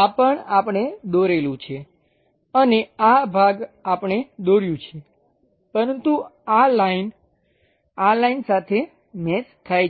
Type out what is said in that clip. આ પણ આપણે દોરેલું છે અને આ ભાગ આપણે દોર્યું છે પરંતુ આ લાઈન આ લાઈન સાથે મેચ થાય છે